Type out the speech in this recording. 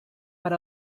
per